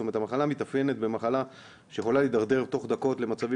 זאת אומרת המחלה מתאפיינת במחלה שיכולה להידרדר תוך דקות למצבים,